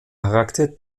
charakter